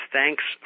Thanks